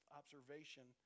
observation